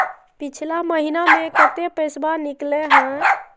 पिछला महिना मे कते पैसबा निकले हैं?